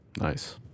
Nice